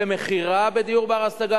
למכירה לדיור בר-השגה,